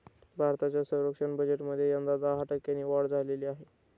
भारताच्या संरक्षण बजेटमध्ये यंदा दहा टक्क्यांनी वाढ झालेली आहे